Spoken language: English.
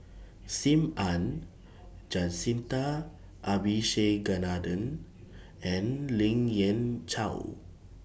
SIM Ann Jacintha Abisheganaden and Lien Ying Chow